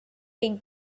take